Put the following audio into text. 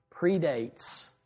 predates